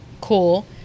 cool